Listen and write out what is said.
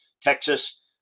texas